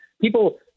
people